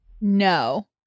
No